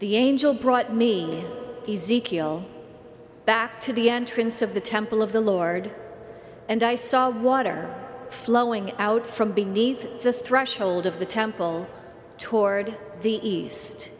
the angel brought me back to the entrance of the temple of the lord and i saw water flowing out from beneath the threshold of the temple toward the east